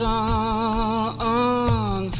on